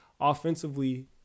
offensively